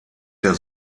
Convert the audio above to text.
der